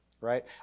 right